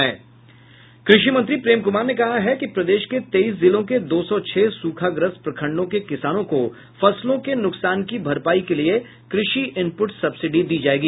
कृषि मंत्री प्रेम कुमार ने कहा है कि प्रदेश के तेइस जिलों के दो सौ छह सूखाग्रस्त प्रखंडों के किसानों को फसलों के नूकसान की भरपाई के लिए कृषि इनप्रट सब्सिडी दी जाएगी